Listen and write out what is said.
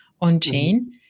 on-chain